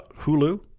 Hulu